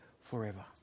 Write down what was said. forever